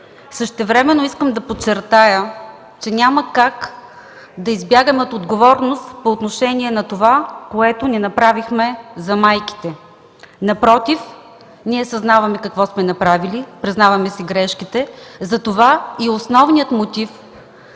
Същевременно искам да подчертая, че няма как да избягаме от отговорност по отношение на това, което не направихме за майките. Напротив, ние съзнаваме какво сме направили, признаваме си грешките, затова и основният мотив